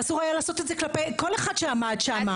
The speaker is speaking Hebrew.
אסור היה לעשות את זה כלפי כל אחד שהיה שם.